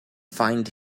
find